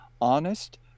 honest